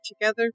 together